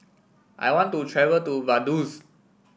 I want to travel to Vaduz